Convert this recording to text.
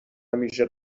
همیشه